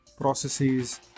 processes